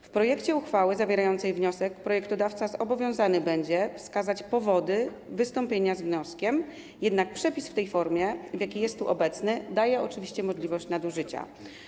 W projekcie uchwały zawierającej wniosek projektodawca zobowiązany będzie wskazać powody wystąpienia z wnioskiem, jednak przepis w tej formie, w jakiej jest tu obecny, daje oczywiście możliwość nadużycia.